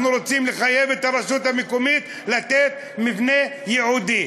אנחנו רוצים לחייב את הרשות המקומית לתת מבנה ייעודי.